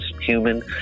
human